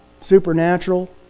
supernatural